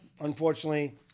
unfortunately